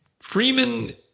Freeman